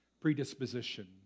predisposition